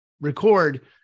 record